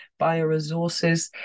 bioresources